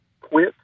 Quit